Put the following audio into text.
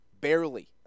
barely